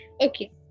Okay